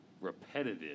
repetitive